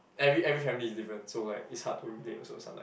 every every family is different so like it's hard to relate also sometime